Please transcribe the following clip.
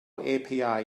api